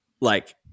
Like-